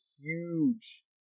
huge